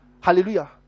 Hallelujah